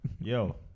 Yo